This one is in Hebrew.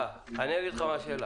קשה לי להגיד לוחות זמנים.